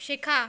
শেখা